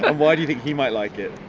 but why do you think he might like it?